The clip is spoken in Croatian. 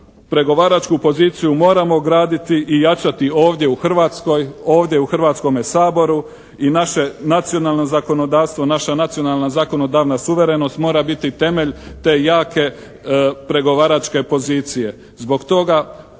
Pregovaračku poziciju moramo graditi i jačati ovdje u Hrvatskoj, ovdje u Hrvatskome saboru i naše nacionalno zakonodavstvo, naša nacionalna zakonodavna suverenost mora biti temelj te jake pregovaračke pozicije. Zbog toga